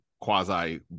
quasi